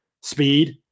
speed